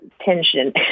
tension